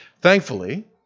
Thankfully